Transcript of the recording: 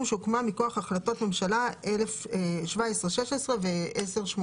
שהוקמה מכוח החלטות ממשלה 1716 ו-1080.